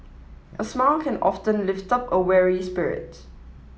a smile can often lift up a weary spirit